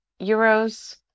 Euros